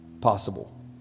possible